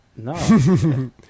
No